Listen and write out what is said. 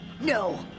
No